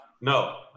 No